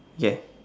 okay